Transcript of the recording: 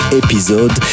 episode